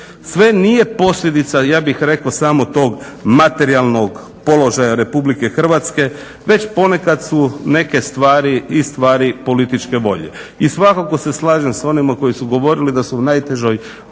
Sve nije posljedica ja bih rekao samo tog materijalnog položaja RH već ponekad su neke stvari i stvari političke volje. I svakako se slažem s onima koji su govorili da su u najtežoj